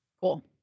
Cool